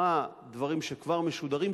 מה הדברים שכבר משודרים,